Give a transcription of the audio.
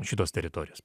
šitos teritorijos